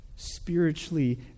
spiritually